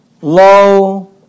Lo